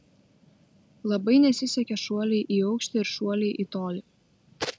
labai nesisekė šuoliai į aukštį ir šuoliai į tolį